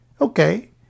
Okay